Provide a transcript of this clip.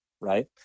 right